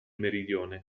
meridione